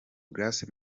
grace